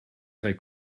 très